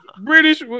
British